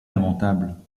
lamentable